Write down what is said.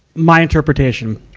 my interpretation.